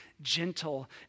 gentle